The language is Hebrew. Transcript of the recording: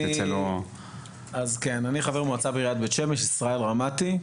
אני ישראל רמתי,